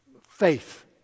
faith